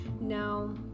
Now